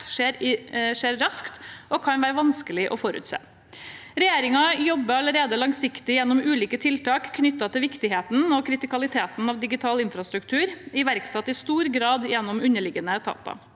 skjer raskt og kan være vanskelige å forutse. Regjeringen jobber allerede langsiktig gjennom ulike tiltak knyttet til viktigheten og kritikaliteten av digital infrastruktur, i stor grad iverksatt gjennom underliggende etater.